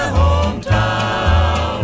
hometown